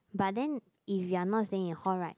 but then if you are not staying in hall right